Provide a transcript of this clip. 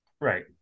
right